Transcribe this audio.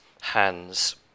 hands